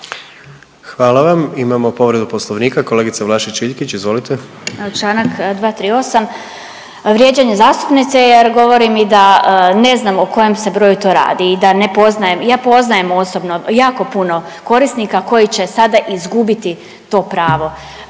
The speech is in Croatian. Hvala vam. Imamo povredu Poslovnika, kolegica Vlašić Iljkić. Izvolite. **Vlašić Iljkić, Martina (SDP)** Na Članak 238., vrijeđanje zastupnice jer govori mi da ne znam o kojem se broju to radi i da ne poznajem. Ja poznajem osobno jako puno korisnika koji će sada izgubiti to pravo.